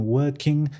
working